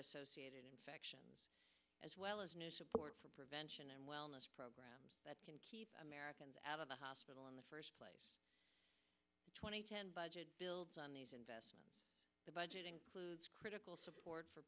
associated infections as well as support for prevention and wellness programs that can keep americans out of the hospital in the first place two thousand and ten budget builds on these investments the budget includes critical support for